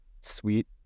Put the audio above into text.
sweet